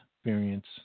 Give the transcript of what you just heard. experience